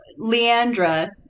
Leandra